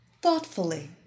thoughtfully